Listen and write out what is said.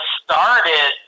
started